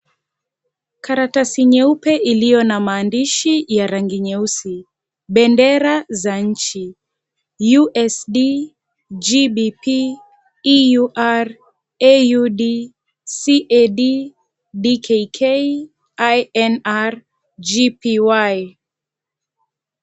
Karatasi nyeupe iliyo na maandishi ya rangi nyeusi; bendera za nchi USD, GBP, EUR, AUD, CAD, DKK, INR, GPY .